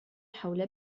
حول